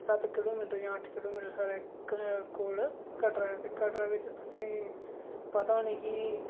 सत्त किलोमीटर जां अट्ठ किलोमीटर साढ़े कोल कटरा ऐ ते कटरा बिच तुसेंगी पता होनी कि